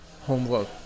homework